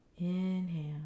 Inhale